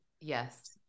Yes